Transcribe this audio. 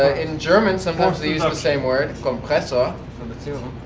ah in german, sometimes they use ah the same word, kompressor, for the two.